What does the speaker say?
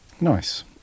Nice